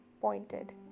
pointed